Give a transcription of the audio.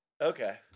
Okay